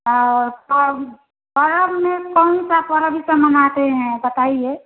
और आप पर्व में कौन सा पर्व से मनाते हैं